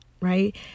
Right